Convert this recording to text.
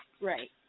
Right